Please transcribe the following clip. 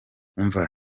umva